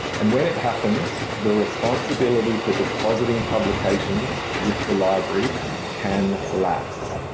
and when it happens the responsibility for depositing publications with the library can lapse.